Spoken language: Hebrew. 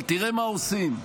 אבל תראה מה עושים,